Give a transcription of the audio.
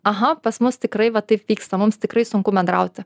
aha pas mus tikrai va taip vyksta mums tikrai sunku bendrauti